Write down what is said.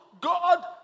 God